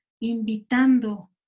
invitando